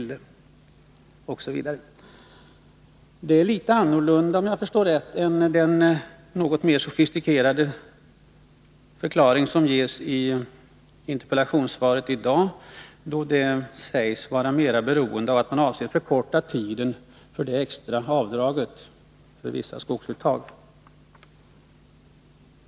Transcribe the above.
———-.” Det beskedet skiljer sig något — om jag förstår rätt — från den något mer sofistikerade förklaring som ges i interpellationssvaret i dag, där det påpekas att man i budgetpropositionen aviserat förslag om att tiden för det extra avdraget för vissa skogsuttag skall förkortas.